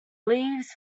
leaves